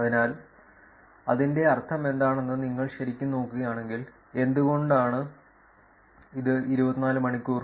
അതിനാൽ അതിന്റെ അർത്ഥമെന്താണെന്ന് നിങ്ങൾ ശരിക്കും നോക്കുകയാണെങ്കിൽ എന്തുകൊണ്ടാണ് ഇത് 24 മണിക്കൂർ